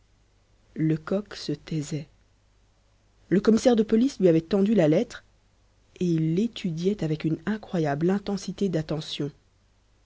lecoq se taisait le commissaire de police lui avait tendu la lettre et il l'étudiait avec une incroyable intensité d'attention